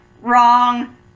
Wrong